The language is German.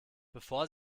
bevor